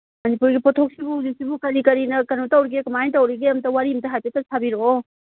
ꯃꯅꯤꯄꯨꯔꯒꯤ ꯄꯣꯊꯣꯛꯁꯤꯕꯨ ꯍꯧꯖꯤꯛꯁꯤꯕꯨ ꯀꯔꯤ ꯀꯔꯤꯅ ꯀꯩꯅꯣ ꯇꯧꯔꯤꯒꯦ ꯀꯃꯥꯏ ꯇꯧꯔꯤꯒꯦ ꯑꯝꯇ ꯋꯥꯔꯤ ꯑꯝꯇ ꯍꯥꯏꯐꯦꯠꯇ ꯁꯥꯕꯤꯔꯛꯑꯣ